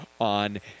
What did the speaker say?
on